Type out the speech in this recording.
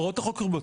הוראות החוק אומרות: